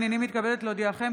הינני מתכבדת להודיעכם,